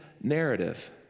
narrative